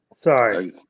Sorry